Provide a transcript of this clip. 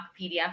PDF